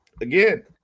again